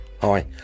hi